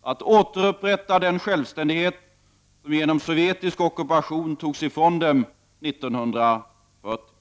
att återupprätta den självständighet som genom sovjetisk ockupation togs i från dem 1940.